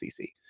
CC